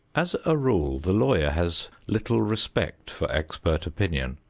as a rule, the lawyer has little respect for expert opinion.